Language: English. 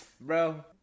bro